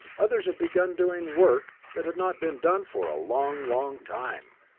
others had begun doing work that had not been done for a long, long time.